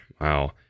Wow